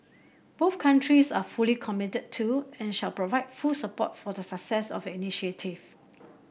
both countries are fully committed to and shall provide full support for the success of the initiative